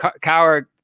Coward